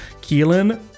Keelan